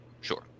Sure